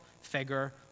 figure